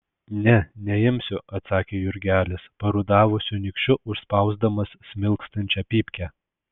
ne neimsiu atsakė jurgelis parudavusiu nykščiu užspausdamas smilkstančią pypkę